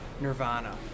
Nirvana